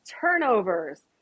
turnovers